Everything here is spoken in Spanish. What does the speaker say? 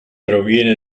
proviene